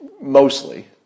mostly